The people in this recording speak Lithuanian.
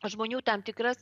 žmonių tam tikras